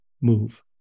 move